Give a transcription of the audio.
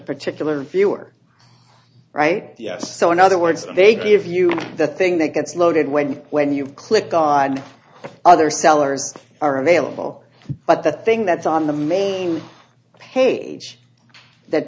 particular view or right yes so in other words they give you that thing that gets loaded when you when you click on other sellers are available but the thing that's on the main page that